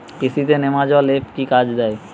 কৃষি তে নেমাজল এফ কি কাজে দেয়?